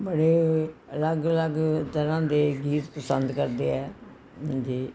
ਬੜੇ ਅਲੱਗ ਅਲੱਗ ਤਰ੍ਹਾਂ ਦੇ ਗੀਤ ਪਸੰਦ ਕਰਦੇ ਹੈ ਹਾਂਜੀ